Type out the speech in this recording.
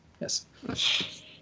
Yes